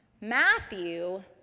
Matthew